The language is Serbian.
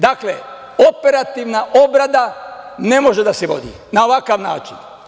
Dakle, operativan obrada ne može da se vodi na ovakav način.